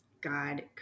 God